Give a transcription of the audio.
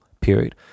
period